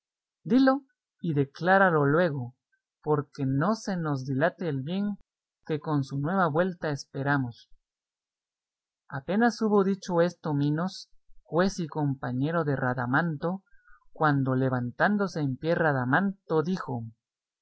dilo y decláralo luego porque no se nos dilate el bien que con su nueva vuelta esperamos apenas hubo dicho esto minos juez y compañero de radamanto cuando levantándose en pie radamanto dijo